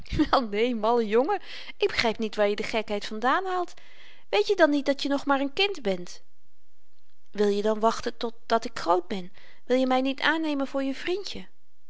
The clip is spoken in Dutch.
malle jongen ik begryp niet waar je de gekheid vandaan haalt weet je dan niet dat je nog maar n kind bent wil je dan wachten tot dat ik groot ben wil je my niet aannemen voor je vrindje